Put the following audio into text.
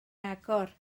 agor